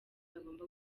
bagomba